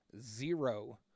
Zero